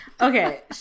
Okay